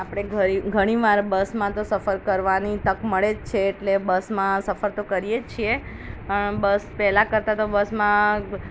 આપણે ઘણી ઘણીવાર બસમાં તો સફર કરવાની તક મળે જ છે એટલે બસમાં સફર તો કરીએ છીએ પણ પહેલાં કરતાં તો બસમાં